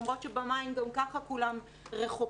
למרות שבמים גם ככה כולם רחוקים,